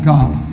God